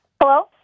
Hello